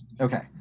Okay